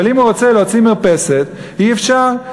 אבל אם הוא רוצה להוציא מרפסת, אי-אפשר.